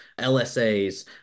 LSAs